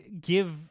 give